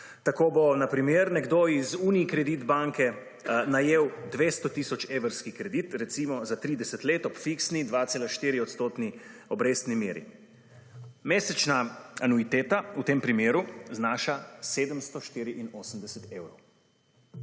Tako bo na primer nekdo iz Unicredit banke najel 200 tisoč evrov kredit recimo za 30 let ob fiksni 2,4 % obrestni meri. Mesečna anuiteta v tem primeru znaša 784 evrov.